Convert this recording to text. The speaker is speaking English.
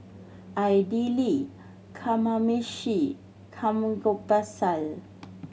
Idili Kamameshi